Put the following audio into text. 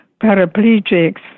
paraplegics